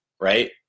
right